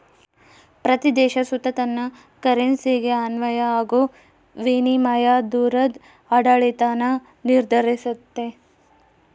ಪ್ರತೀ ದೇಶ ಸುತ ತನ್ ಕರೆನ್ಸಿಗೆ ಅನ್ವಯ ಆಗೋ ವಿನಿಮಯ ದರುದ್ ಆಡಳಿತಾನ ನಿರ್ಧರಿಸ್ತತೆ